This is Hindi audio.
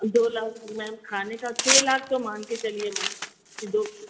दो लाख मैम खाने का छः लाख तो मान के चलिए मैम की दो